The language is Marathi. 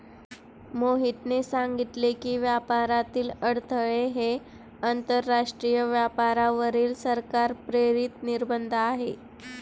मोहितने सांगितले की, व्यापारातील अडथळे हे आंतरराष्ट्रीय व्यापारावरील सरकार प्रेरित निर्बंध आहेत